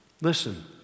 Listen